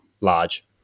large